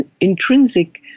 intrinsic